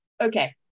okay